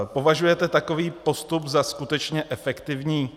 Považujete takový postup za skutečně efektivní?